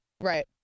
Right